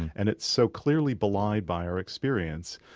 and it's so clearly belied by our experience.